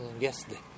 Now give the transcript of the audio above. yesterday